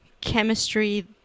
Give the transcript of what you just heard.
chemistry